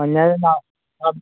ആ ഞാനെന്നാല്